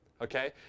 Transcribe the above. Okay